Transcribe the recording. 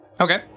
Okay